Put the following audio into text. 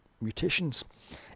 mutations